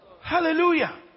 Hallelujah